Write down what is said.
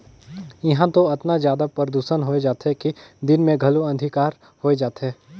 इहां तो अतना जादा परदूसन होए जाथे कि दिन मे घलो अंधिकार होए जाथे